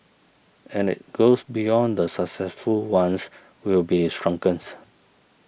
and it goes beyond the successful ones we'll be shrunken